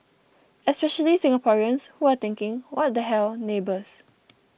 especially Singaporeans who are thinking What the hell neighbours